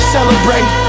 Celebrate